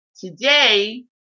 today